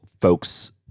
folks